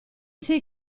sei